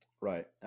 right